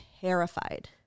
terrified